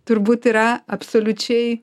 turbūt yra absoliučiai